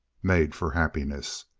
made for happiness.